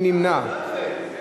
מי נמנע?